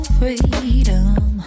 freedom